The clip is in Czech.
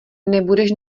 nebudeš